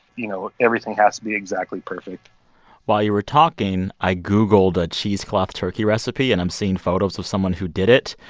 you know, everything has to be exactly perfect while you were talking, i googled a cheesecloth turkey recipe, and i'm seeing photos of someone who did it.